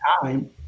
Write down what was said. time